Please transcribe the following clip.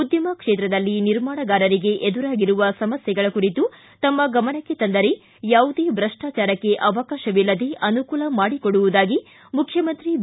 ಉದ್ದಮ ಕ್ಷೇತ್ರದಲ್ಲಿ ನಿರ್ಮಾಣಗಾರರಿಗೆ ಎದುರಾಗಿರುವ ಸಮಸ್ಟೆಗಳ ಕುರಿತು ತಮ್ನ ಗಮನಕ್ಕೆ ತಂದರೆ ಯಾವುದೇ ಭ್ರಷ್ಟಾಚಾರಕ್ಕೆ ಅವಕಾಶವಿಲ್ಲದೇ ಅನುಕೂಲ ಮಾಡಿಕೊಡುವುದಾಗಿ ಮುಖ್ಯಮಂತ್ರಿ ಬಿ